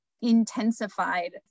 intensified